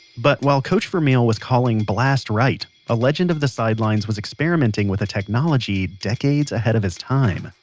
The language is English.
but while coach vermeil was calling blast right, a legend of the sidelines was experimenting with a technology decades ahead of his time.